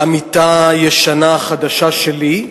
עמיתה ישנה-חדשה שלי,